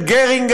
את גרינג,